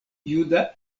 juda